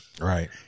Right